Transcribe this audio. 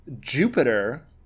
jupiter